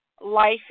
life